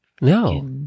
No